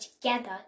together